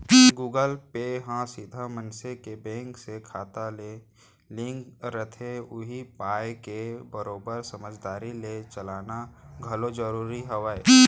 Google Pay ह सीधा मनसे के बेंक के खाता ले लिंक रथे उही पाय के बरोबर समझदारी ले चलाना घलौ जरूरी हावय